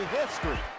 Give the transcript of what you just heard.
history